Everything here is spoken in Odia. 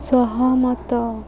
ସହମତ